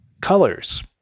colors